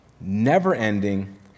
never-ending